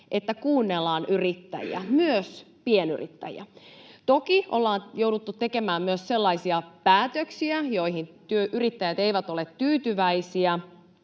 että kuunnellaan yrittäjiä, myös pienyrittäjiä. Toki ollaan jouduttu tekemään myös sellaisia päätöksiä, joihin yrittäjät eivät ole tyytyväisiä,